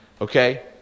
Okay